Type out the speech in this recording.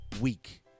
week